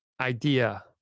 Idea